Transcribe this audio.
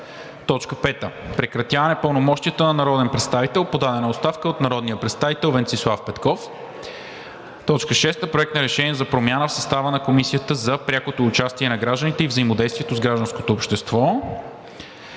„5. Прекратяване пълномощията на народен представител. Подадена оставка от народния представител Венцислав Петков. 6. Проект на решение за промяна в състава на Комисията за прякото участие на гражданите и взаимодействието с гражданското общество.